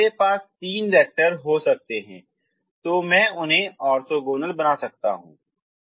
अब मेरे पास तीन वैक्टर हो सकते हैं तो मैं उन्हें ऑर्थोगोनल बना सकता हूं